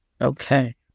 Okay